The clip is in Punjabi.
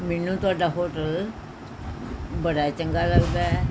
ਮੈਨੂੰ ਤੁਹਾਡਾ ਹੋਟਲ ਬੜਾ ਚੰਗਾ ਲੱਗਦਾ ਹੈ